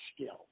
skill